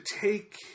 take